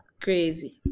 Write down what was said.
crazy